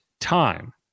time